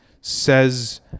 says